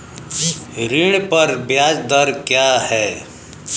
ऋण पर ब्याज दर क्या है?